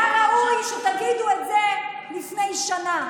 היה ראוי שתגידו את זה לפני שנה.